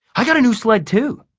i got a new sled, too!